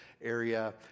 area